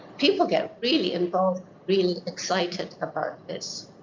people get really involved, really excited about this.